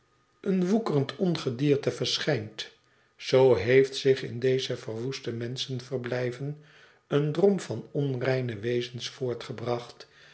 een woekerend ongedierte verschijnt zoo heeft zich in deze verwoeste menschenverblijven een drom van onreine wezens voortgebracht